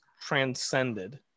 transcended